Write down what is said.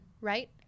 right